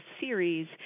series